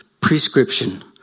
prescription